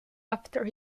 after